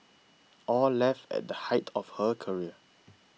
aw left at the height of her career